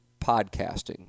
podcasting